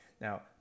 Now